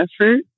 effort